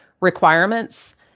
requirements